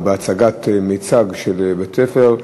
או בהצגת מיצג של בית-ספר,